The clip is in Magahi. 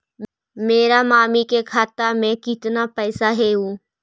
मेरा मामी के खाता में कितना पैसा हेउ?